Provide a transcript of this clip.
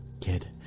kid